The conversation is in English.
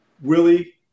Willie